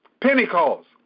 Pentecost